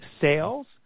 sales